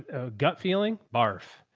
a gut feeling barf,